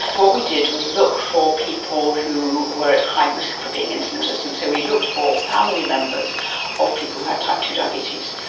what we did was look for people who were at high risk for being insulin resistant. so we looked for family members of people who had type two diabetes.